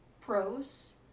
pros